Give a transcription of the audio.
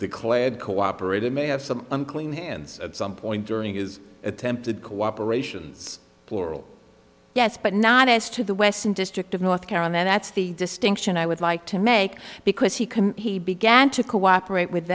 declared cooperate it may have some unclean hands at some point during his attempted cooperations plural yes but not as to the western district of north carolina and that's the distinction i would like to make because he can he began to cooperate with